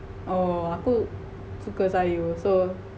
oh aku suka sayur so